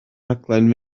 rhaglen